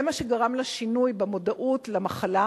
זה מה שגרם לשינוי במודעות למחלה,